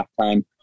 halftime